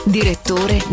Direttore